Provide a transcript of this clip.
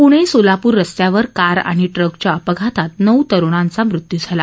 पुणे सोलापूर रस्त्यावर कार आणि ट्रकच्या अपघातात नऊ तरुणांचा मृत्यू झाला